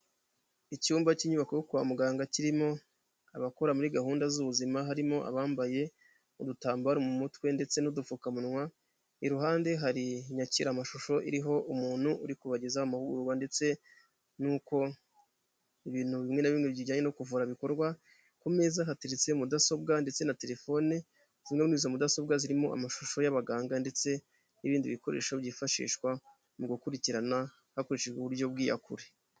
Icyumba cy'inyubako kwa muganga kirimo abakura muri gahunda z'ubuzima harimo abambaye udutambaro mu mutwe ndetse n'udupfukamunwa, iruhande hari inyakiramashusho iriho umuntu uri kubageza amahugurwa ndetse nuko ibintu bimwe na bimwe bijyanye no kuvura bikorwa, ku meza hateretse mudasobwa ndetse na telefone, zimwe muri izo mudasobwa zirimo amashusho y'abaganga ndetse n'ibindi bikoresho byifashishwa mu gukurikirana hakoreshejwe uburyo bw'iyakure.